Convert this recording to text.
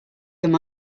them